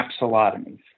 capsulotomies